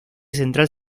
central